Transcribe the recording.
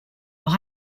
will